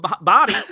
body